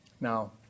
now